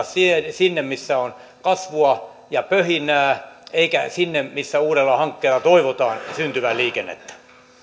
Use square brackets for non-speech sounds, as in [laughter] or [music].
[unintelligible] sinne sinne missä on kasvua ja pöhinää eikä sinne missä uudella hankkeella toivotaan syntyvän liikennettä